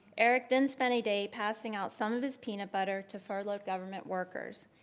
eric then spent a day passing out some of his peanut butter to furloughed government workers.